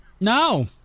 No